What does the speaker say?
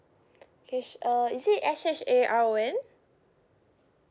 H uh is it S H A R O N